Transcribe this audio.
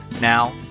Now